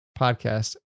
Podcast